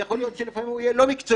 ויכול להיות שלפעמים הוא יהיה לא מקצועי,